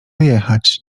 wyjechać